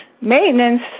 maintenance